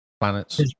planets